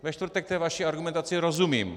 Ve čtvrtek té vaší argumentaci rozumím.